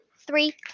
three